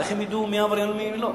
איך הם ידעו מי עבריין ומי לא?